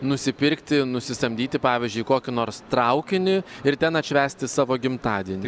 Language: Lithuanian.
nusipirkti nusisamdyti pavyzdžiui kokį nors traukinį ir ten atšvęsti savo gimtadienį